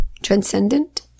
transcendent